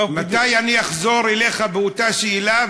מתי אני אחזור אליך באותה שאלה,